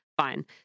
fine